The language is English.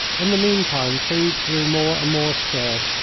in the meantime food grew more and more scarce,